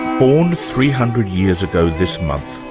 born three hundred years ago this month,